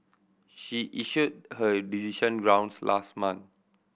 she issued her decision grounds last month